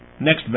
next